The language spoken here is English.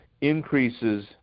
increases